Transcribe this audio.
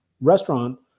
restaurant